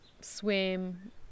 swim